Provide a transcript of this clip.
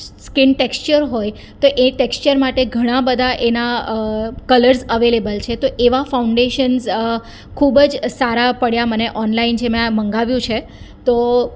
skin texture હોય તો એ ટેક્સચર માટે ઘણા બધા એના કલર્સ અવેલેબલ છે તો એવા ફાઉન્ડેશન્સ ખૂબ જ સારા પડ્યા મને ઓનલાઈન જે મેં આ મંગાવ્યું છે તો